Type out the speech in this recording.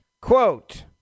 Quote